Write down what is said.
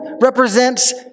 represents